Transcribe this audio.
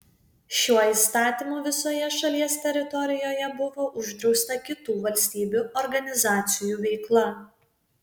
šiuo įstatymu visoje šalies teritorijoje buvo uždrausta kitų valstybių organizacijų veikla